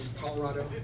Colorado